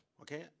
Okay